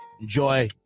enjoy